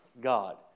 God